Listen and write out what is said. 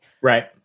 Right